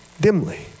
dimly